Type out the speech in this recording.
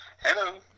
Hello